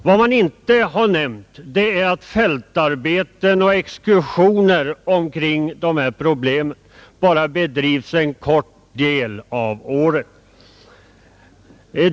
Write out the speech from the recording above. Vad man inte har nämnt är att fältarbeten och exkursioner omkring de här problemen bara bedrivs en kort del av året.